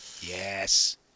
Yes